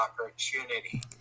opportunity